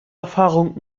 erfahrung